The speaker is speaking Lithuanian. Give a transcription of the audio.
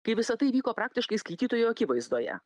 kai visa tai vyko praktiškai skaitytojų akivaizdoje